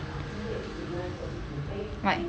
right